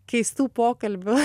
keistų pokalbių